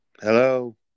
Hello